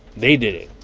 they did it.